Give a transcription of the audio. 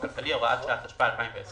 הסיוע הכלכלי (הוראת שעה), התשפ"א-2020.